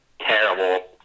terrible